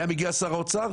היה מגיע שר האוצר,